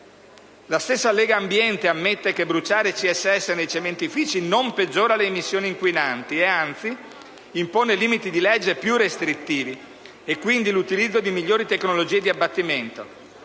La stessa Legambiente ammette che bruciare CSS nei cementifici non peggiora le emissioni inquinanti e, anzi, impone limiti di legge più restrittivi e, quindi, l'utilizzo di migliori tecnologie di abbattimento.